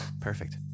Perfect